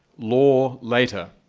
law later.